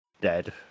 dead